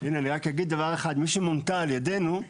אני רק אגיד דבר אחד, מי שמונתה על ידנו,